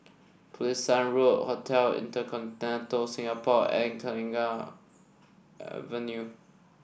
Pulasan Road Hotel InterContinental Singapore and Kenanga Avenue